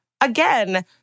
again